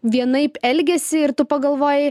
vienaip elgiasi ir tu pagalvojai